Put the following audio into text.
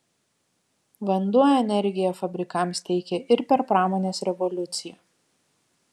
vanduo energiją fabrikams teikė ir per pramonės revoliuciją